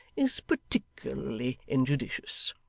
is particularly injudicious.